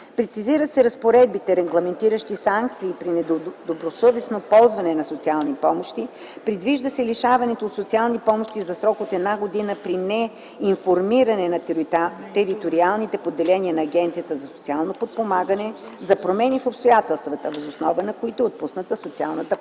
Прецизирани са разпоредбите, регламентиращи санкции при недобросъвестно ползване на социални помощи. Предвижда се лишаване от социални помощи за срок от една година при неинформиране на териториалните поделения на Агенцията за социално подпомагане за промени в обстоятелствата, въз основа на които е отпусната социалната помощ.